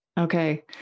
Okay